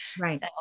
Right